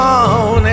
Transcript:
on